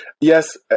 Yes